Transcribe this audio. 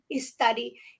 study